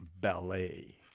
Ballet